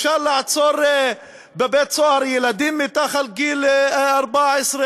אפשר לעצור בבית-סוהר ילדים מתחת לגיל 14,